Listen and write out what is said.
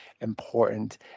important